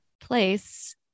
place